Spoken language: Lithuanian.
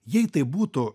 jei tai būtų